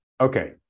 Okay